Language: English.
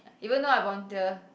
even though I volunteer